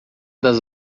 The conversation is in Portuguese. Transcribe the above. das